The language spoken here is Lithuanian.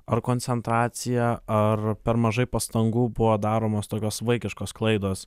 ar koncentracija ar per mažai pastangų buvo daromos tokios vaikiškos klaidos